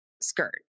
skirt